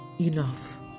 enough